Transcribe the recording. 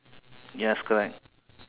yes correct